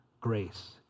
grace